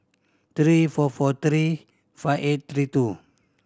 three four four three five eight three two